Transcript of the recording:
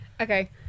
Okay